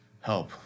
help